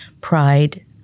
pride